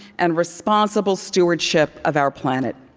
and responsible stewardship of our planet.